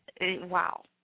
wow